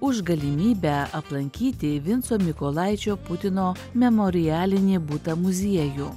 už galimybę aplankyti vinco mykolaičio putino memorialinį butą muziejų